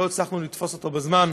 לא הצלחנו לתפוס אותו בזמן.